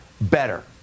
better